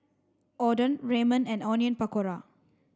Oden Ramen and Onion Pakora